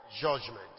judgment